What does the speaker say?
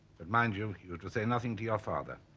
but mind you you are to say nothing to your father.